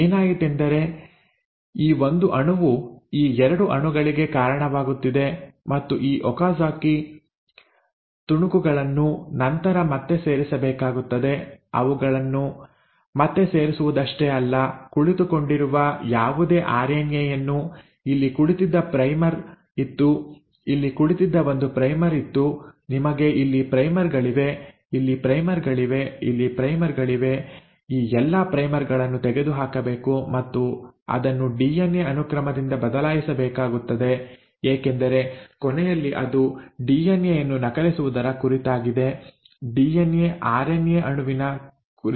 ಏನಾಯಿತೆಂದರೆ ಈ ಒಂದು ಅಣುವು ಈಗ 2 ಅಣುಗಳಿಗೆ ಕಾರಣವಾಗುತ್ತಿದೆ ಮತ್ತು ಈ ಒಕಾಜಾ಼ಕಿ ತುಣುಕುಗಳನ್ನು ನಂತರ ಮತ್ತೆ ಸೇರಬೇಕಾಗಿದೆ ಅವುಳನ್ನು ಮತ್ತೆ ಸೇರಿಸುವುದಷ್ಟೇ ಅಲ್ಲ ಕುಳಿತುಕೊಂಡಿರುವ ಯಾವುದೇ ಆರ್ಎನ್ಎ ಯನ್ನು ಇಲ್ಲಿ ಕುಳಿತಿದ್ದ ಪ್ರೈಮರ್ ಇತ್ತು ಇಲ್ಲಿ ಕುಳಿತಿದ್ದ ಒಂದು ಪ್ರೈಮರ್ ಇತ್ತು ನಿಮಗೆ ಇಲ್ಲಿ ಪ್ರೈಮರ್ ಗಳಿವೆ ಇಲ್ಲಿ ಪ್ರೈಮರ್ ಗಳಿವೆ ಇಲ್ಲಿ ಪ್ರೈಮರ್ ಗಳಿವೆ ಈ ಎಲ್ಲಾ ಪ್ರೈಮರ್ ಗಳನ್ನು ತೆಗೆದುಹಾಕಬೇಕು ಮತ್ತು ಅದನ್ನು ಡಿಎನ್ಎ ಅನುಕ್ರಮದಿಂದ ಬದಲಾಯಿಸಬೇಕಾಗುತ್ತದೆ ಏಕೆಂದರೆ ಕೊನೆಯಲ್ಲಿ ಅದು ಡಿಎನ್ಎ ಯನ್ನು ನಕಲಿಸುವುದರ ಕುರಿತಾಗಿದೆ ಡಿಎನ್ಎ ಆರ್ಎನ್ಎ ಅಣುವಿನ ಕುರಿತಲ್ಲ